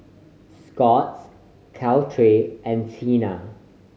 Scott's Caltrate and Tena